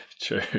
True